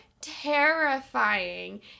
terrifying